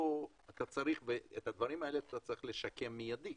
את הדברים האלה אתה צריך לשקם מידית.